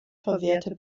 verwehrte